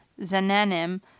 Zananim